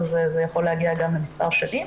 זה יכול להגיע גם למספר שנים.